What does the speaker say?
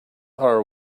are